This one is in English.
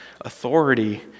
authority